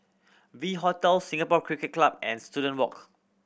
V Hotel Singapore Cricket Club and Student Walk